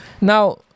Now